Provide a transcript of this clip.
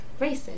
racist